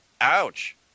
Ouch